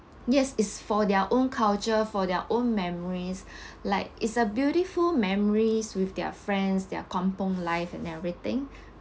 yes it's for their own culture for their own memories like it's a beautiful memories with their friends their life and everything